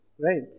right